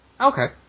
Okay